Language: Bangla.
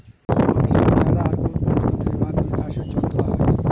মার্শাল ছাড়া আর কোন কোন যন্ত্রেরর মাধ্যমে চাষের জল তোলা হয়?